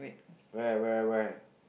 where where where